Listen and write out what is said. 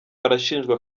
arashinjwa